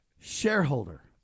shareholder